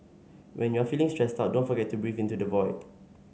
when you are feeling stressed out don't forget to breathe into the void